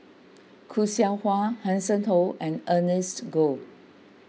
Khoo Seow Hwa Hanson Ho and Ernest Goh